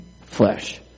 flesh